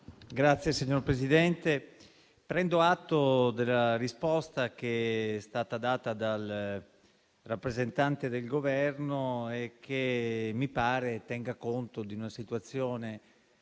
Signor Presidente, prendo atto della risposta che è stata data dal rappresentante del Governo, che mi pare tenga conto di una situazione